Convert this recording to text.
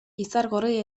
izargorri